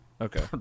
Okay